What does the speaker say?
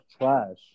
trash